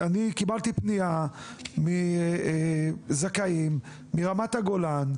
אני קיבלתי פניה מזכאים מרמת הגולן,